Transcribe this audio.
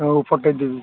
ହଉ ଫଟେଇଦେବି